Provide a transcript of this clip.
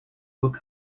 would